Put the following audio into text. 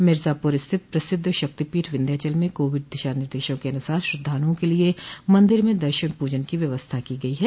मिर्जापुर स्थित प्रसिद्ध शक्तिपीठ विन्ध्याचल में कोविड दिशा निर्देशों के अनुसार श्रद्धालुओं के लिये मंदिर में दर्शन पूजन की व्यवस्था की गई है